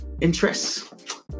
interests